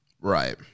Right